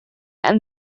and